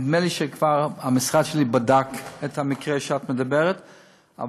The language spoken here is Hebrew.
נדמה לי שהמשרד שלי כבר בדק את המקרה שאת מדברת עליו,